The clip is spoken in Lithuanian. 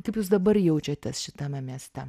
kaip jūs dabar jaučiatės šitame mieste